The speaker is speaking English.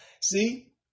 See